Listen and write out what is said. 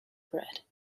bread